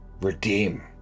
Redeem